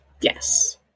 Yes